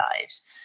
lives